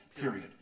Period